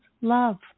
love